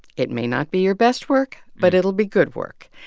it may not be your best work, but it will be good work.